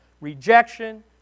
rejection